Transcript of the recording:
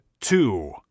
two